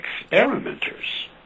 experimenters